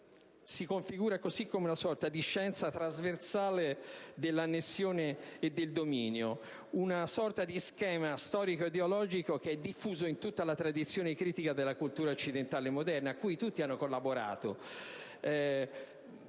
si configura così come una sorta di scienza trasversale dell'annessione e del dominio, una sorta di schema storico-ideologico che è diffuso in tutta la tradizione critica della cultura occidentale moderna, cui tutti hanno collaborato».